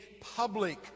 public